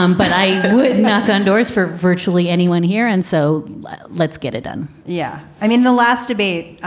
um but i knock on doors for virtually anyone here. and so let's get it done yeah. i mean, the last debate,